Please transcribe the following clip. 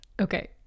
okay